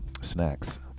Snacks